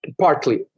Partly